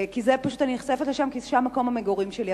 פשוט אני נחשפת לנעשה שם, כי שם מקום המגורים שלי.